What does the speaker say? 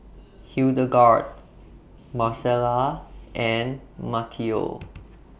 Hildegarde Marcella and Matteo